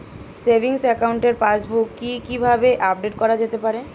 Savings একাউন্টের passbook কি কিভাবে আপডেট করা যেতে পারে?